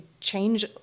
change